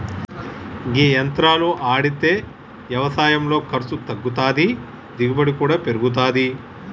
గీ యంత్రాలు ఆడితే యవసాయంలో ఖర్సు తగ్గుతాది, దిగుబడి కూడా పెరుగుతాది